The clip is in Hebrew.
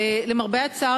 למרבה הצער,